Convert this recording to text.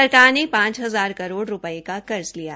सरकार ने पांच हजार करोड़ रूपये का कर्ज लिया